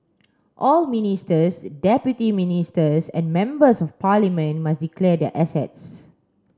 all ministers deputy ministers and members of parliament must declare their assets